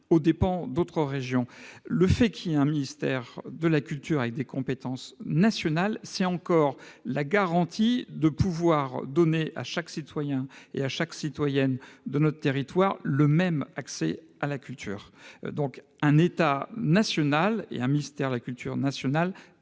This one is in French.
aux dépens d'autres régions. Le fait qu'il y ait un ministère de la culture, ayant des compétences nationales, c'est encore la garantie de pouvoir donner à chaque citoyen de notre territoire le même accès à la culture. Un État national, un ministère national